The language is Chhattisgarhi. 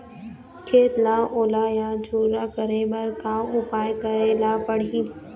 खेत ला ओल या झुरा करे बर का उपाय करेला पड़ही?